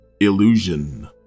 Illusion